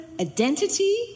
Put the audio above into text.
identity